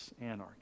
anarchy